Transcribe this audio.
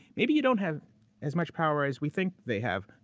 maybe you don't have as much power as we think they have.